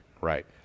Right